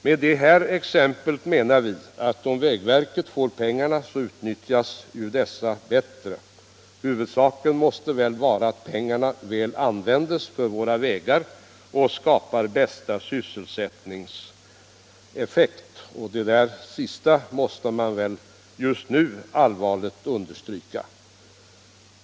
Med det här exemplet vill vi visa att om vägverket får pengarna används de på ett bättre sätt. Huvudsaken måste vara att pengarna väl används för våra vägar, så att det skapas bästa möjliga sysselsättningseffekt, något som man just nu allvarligt måste understryka.